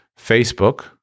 Facebook